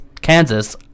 Kansas